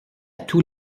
tous